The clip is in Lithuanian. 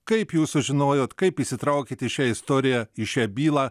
kaip jūs sužinojot kaip įsitraukėt į šią istoriją į šią bylą